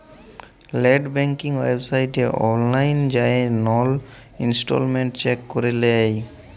late banking ওয়েবসাইটে অললাইল যাঁয়ে লল ইসট্যাটমেল্ট চ্যাক ক্যরে লেই